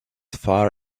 far